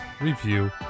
review